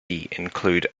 include